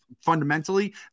fundamentally